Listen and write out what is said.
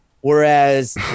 whereas